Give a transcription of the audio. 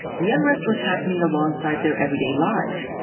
the unrest was happening alongside their everyday lives.